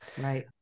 Right